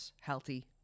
healthy